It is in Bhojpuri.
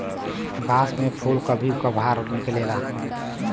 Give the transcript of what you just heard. बांस में फुल कभी कभार निकलेला